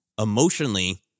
emotionally